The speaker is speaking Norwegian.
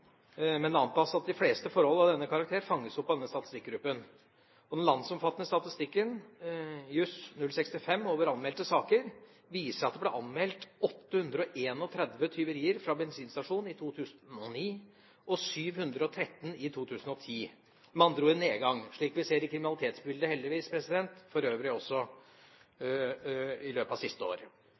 men det antas at de fleste forhold av denne karakter fanges opp av denne statistikkgruppen. Den landsomfattende statistikken JUS 065 over anmeldte saker viser at det ble anmeldt 831 tyverier fra bensinstasjoner i 2009 og 713 i 2010 – med andre ord en nedgang, slik vi, heldigvis, ser i kriminalitetsbildet for øvrig i løpet av siste år.